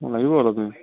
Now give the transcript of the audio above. অঁ লাগিব অলপ দিন